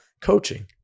Coaching